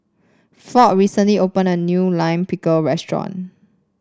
Ford recently opened a new Lime Pickle restaurant